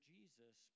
Jesus